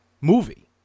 movie